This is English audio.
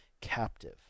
captive